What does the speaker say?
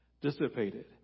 dissipated